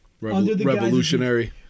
Revolutionary